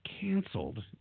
canceled